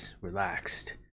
relaxed